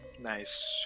Nice